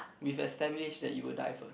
we've established that you will die first